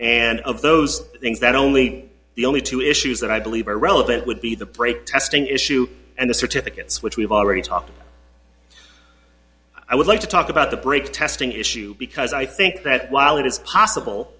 and of those things that only the only two issues that i believe are relevant would be the brake testing issue and the certificates which we've already talked i would like to talk about the brake testing issue because i think that while it is possible